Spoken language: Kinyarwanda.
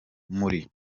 muri